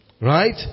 Right